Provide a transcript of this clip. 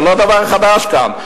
זה לא דבר חדש כאן.